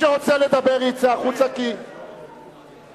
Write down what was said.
(קוראת בשמות חברי הכנסת)